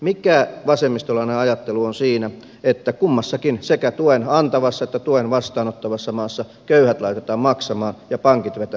mikä vasemmistolainen ajattelu on siinä että kummassakin sekä tuen antavassa että tuen vastaanottavassa maassa köyhät laitetaan maksamaan ja pankit vetävät välistä